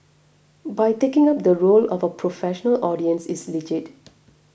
by taking up the role of a professional audience is legit